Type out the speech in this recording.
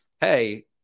hey